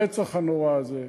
הרצח הנורא הזה,